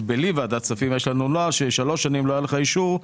יש לנו נוהל שאומר שאם שלוש שנים לא היה לך אישור,